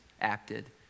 acted